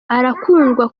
arakundwa